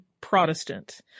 Protestant